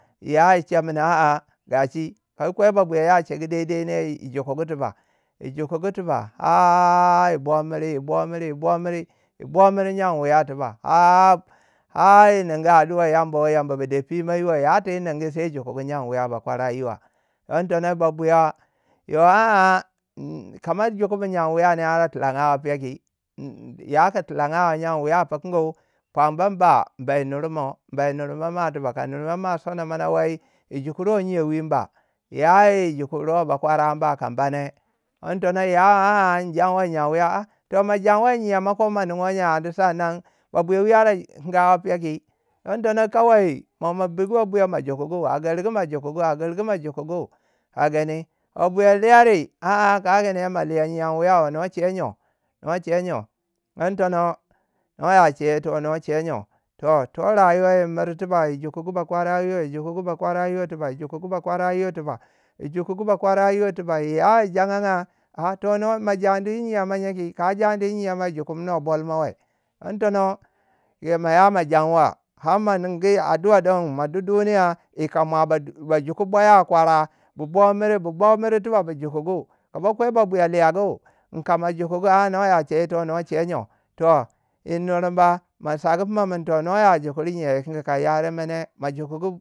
yayichei min aa Gashi, kama kwei babuya ya chegu dai dai ne, yi jukugu tiba. Yi jokugu tiba. har- a- a yibo miri yibo yibo miri. Yi bo miri nyen wuya tiba. ha- a- a ha yi ningu addua yamba wo. yamba ba dei pima yiwa. yatiyiningu sai jokugu nyen wuya bakwara yiwa. don tonoba babuya yo aa kama jokugubu nyen wiyau ne ar ba tilanga piyau ki? ya ku tilangwa nyen wiyau pukungu, pwam bna ba bai yi nurmo. bai nurmoma tiba ka nurma ma sono mana wai, wu jukuruwai nyen wi ba. iyayi jukuruwai ba kwaranba ka in bane. don tono ya a- a in janwa in nyen wiyau. A to ma jandi nyen ma ko maninwa nye ani sannan babuyawi ara kingau piyau ki. don tono kawai mo ma biku ba buya ma jukugu. a girku ma jokugu a girgu ma jukugu ka gani ba buyo liyari no che nyuo no che nyou digintono no ya chei yito. no chei nyou. Toh to rayuwa yi miru tiba yi jukugu ba kwara yiwa yi jokugu bakwara yiro tiba yi jokugu bakwara yiro tiba. yi jokugu bakwara yiro tiba yi jukugu bakwara yira tiba. Yi yai jangwa ah toh no ma jandi yi nyen mo ngye ko?kai jandiyi nyem mau wu jukugi bolmo we. Don tono yo mo ya ma januwa. har ma ningi addua don. ma du duniya yikama ba- ba juku boya kwara. bu bo miri bu bo miri tiba bu jukugu. kama kwai ba buya liyagu kama jukugu ah no ya chei ito no che nyoi. Toh yi nurba. ma sagu pima min toh. no ya jokir nyen kingi, ka yare mo ne. ma jokungu.